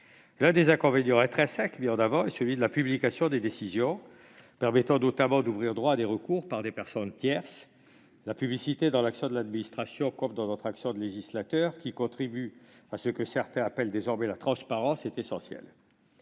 L'un des inconvénients intrinsèques mis en avant est celui de la publication des décisions, permettant notamment d'ouvrir droit à des recours par des personnes tierces. En effet, la publicité dans l'action de l'administration, comme d'ailleurs dans notre action de législateur, qui contribue à ce que certains appellent désormais la transparence, est essentielle.